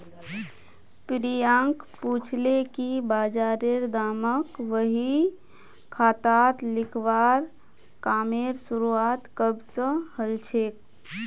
प्रियांक पूछले कि बजारेर दामक बही खातात लिखवार कामेर शुरुआत कब स हलछेक